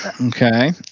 Okay